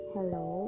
Hello